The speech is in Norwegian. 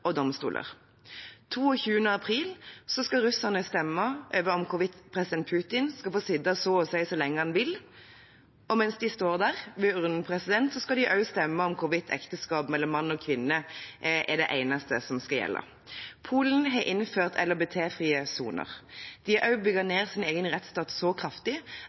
og domstoler. Den 22. april skal russerne stemme over hvorvidt president Putin skal få sitte så å si så lenge han vil. Og mens de står der ved urnene, skal de også stemme over hvorvidt ekteskap mellom mann og kvinne er det eneste som skal gjelde. Polen har innført LHBT-frie soner. De har også bygget ned sin egen rettsstat så kraftig